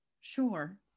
Sure